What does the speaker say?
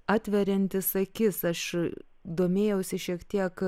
atveriantys akis aš domėjausi šiek tiek